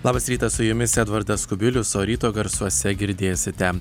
labas rytas su jumis edvardas kubilius o ryto garsuose girdėsite